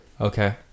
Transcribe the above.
Okay